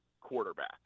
quarterback